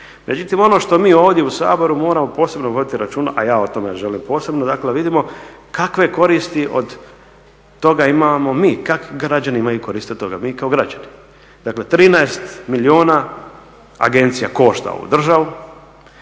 Međutim, ono što mi ovdje u Saboru moramo posebno voditi računa, a ja o tome želim posebno. Dakle, vidimo kakve koristi od toga imamo mi. Kakve građani imaju koristi od toga mi kao građani? Dakle, 13 milijuna agencija košta ovu državu.